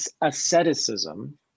asceticism